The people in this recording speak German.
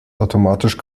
automatisch